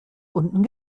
unten